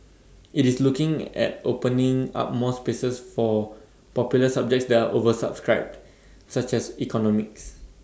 IT is looking at opening up more places for popular subjects that are oversubscribed such as economics